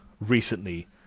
recently